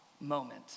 moment